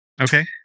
Okay